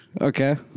Okay